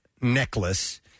necklace